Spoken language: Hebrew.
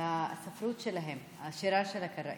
על הספרות שלהם, השירה של הקראים.